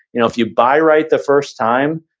if you buy right the first time,